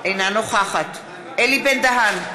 אינה נוכחת אלי בן-דהן,